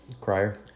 Crier